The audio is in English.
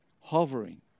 hovering